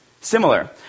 similar